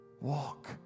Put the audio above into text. walk